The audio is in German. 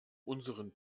unseren